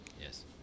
Yes